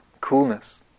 coolness